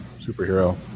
superhero